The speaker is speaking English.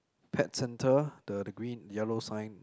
pet centre the degree yellow sign